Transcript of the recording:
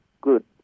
good